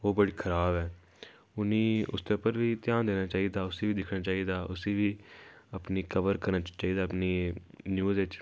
ओह् बड़ी खराब ऐ उ'नें उसदे उप्पर बी ध्यान देना चाहिदा उसी बी दिक्खना चाहिदा उसी बी अपनी कवर करना चाहिदा अपनी न्यूज इच